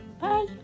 Bye